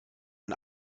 ein